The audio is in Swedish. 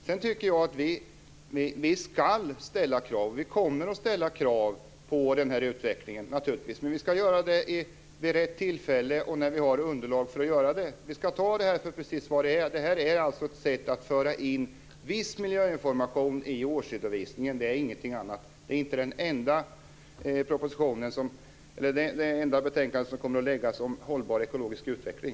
Jag tycker också att vi skall ställa krav, och vi kommer att ställa krav, på den här utvecklingen. Men vi skall göra det vid rätt tillfälle och när vi har underlag för att göra det. Vi skall ta det här för precis vad det är. Det här är alltså ett sätt att föra in viss miljöinformation i årsredovisningen. Det är ingenting annat. Det här är inte det enda betänkande som kommer att läggas fram om hållbar ekologisk utveckling.